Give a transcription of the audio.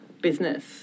business